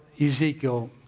Ezekiel